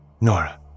Nora